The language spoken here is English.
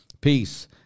peace